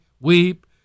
weep